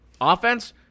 offense